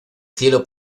cielo